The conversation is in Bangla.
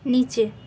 নিচে